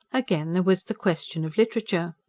again, there was the question of literature.